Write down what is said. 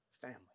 family